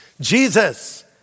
Jesus